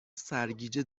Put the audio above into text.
سرگیجه